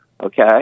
okay